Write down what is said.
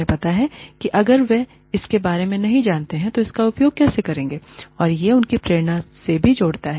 तुम्हें पता है अगर वह इसके बारे में नहीं जानते हैं तो इसका उपयोग कैसे करेंगे और यह उनकी प्रेरणा में भी जोड़ता है